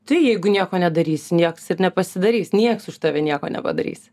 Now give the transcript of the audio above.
tai jeigu nieko nedarysi nieks ir nepasidarys nieks už tave nieko nepadarys